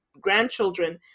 grandchildren